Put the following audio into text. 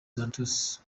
santos